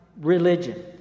religion